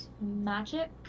magic